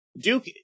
Duke